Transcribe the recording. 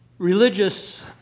religious